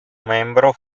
membro